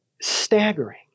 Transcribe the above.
staggering